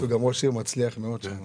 נמצאת כאן